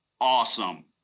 awesome